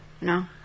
No